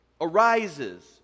arises